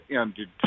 ended